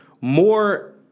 More